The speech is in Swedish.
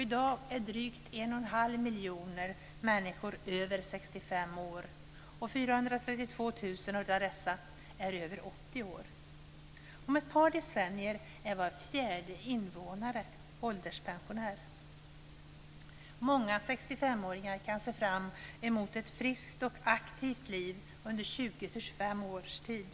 I dag är drygt 11⁄2 miljoner människor över 65 år. 432 000 av dessa är över 80 år. Många 65-åringar kan se fram emot ett friskt och aktivt liv i 20-25 års tid.